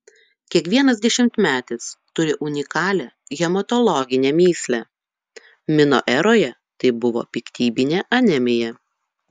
kiekvienas dešimtmetis turi unikalią hematologinę mįslę mino eroje tai buvo piktybinė anemija